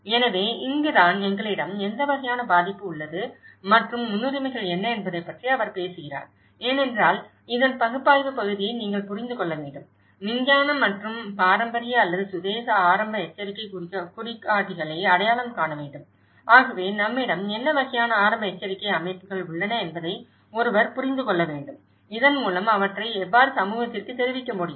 எனவே இங்குதான் எங்களிடம் எந்த வகையான பாதிப்பு உள்ளது மற்றும் முன்னுரிமைகள் என்ன என்பதைப் பற்றி அவர் பேசுகிறார் ஏனென்றால் இதன் பகுப்பாய்வு பகுதியை நீங்கள் புரிந்து கொள்ள வேண்டும் விஞ்ஞான மற்றும் பாரம்பரிய அல்லது சுதேச ஆரம்ப எச்சரிக்கை குறிகாட்டிகளை அடையாளம் காண வேண்டும் ஆகவே நம்மிடம் என்ன வகையான ஆரம்ப எச்சரிக்கை அமைப்புகள் உள்ளன என்பதை ஒருவர் புரிந்து கொள்ள வேண்டும் இதன்மூலம் அவற்றை எவ்வாறு சமூகத்திற்கு தெரிவிக்க முடியும்